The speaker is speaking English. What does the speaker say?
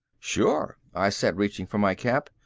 sure, i said reaching for my cap.